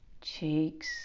Cheeks